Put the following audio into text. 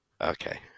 okay